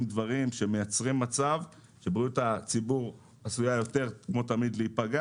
דברים שמייצרים מצב שכמו תמיד בריאות הציבור עשויה יותר להיפגע,